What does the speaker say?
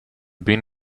been